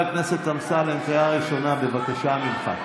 אין לך טיפת בושה על הפנים.